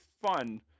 fun